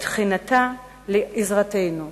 תחינתה לעזרתנו.